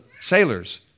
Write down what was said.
sailors